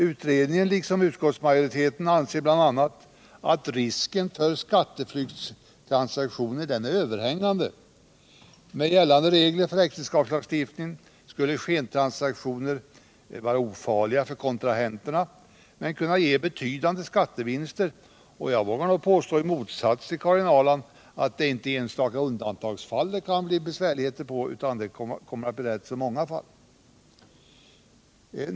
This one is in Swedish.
Utredningen anser liksom utskottsmajoriteten bl.a. att risken för skatteflyktstransaktioner är överhängande. Med gällande regler för äktenskapslagstiftningen skulle skentransaktioner vara ofarliga för kontrahenterna men kunna ge betydande skattevinster. Och jag vågar nog påstå — i motsats till Karin Ahrland — att det inte bara är i enstaka undatagsfall det kan bli besvärligheter, utan det kommer att bli rätt så många fall.